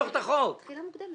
הצבעה בעד,